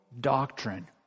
doctrine